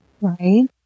right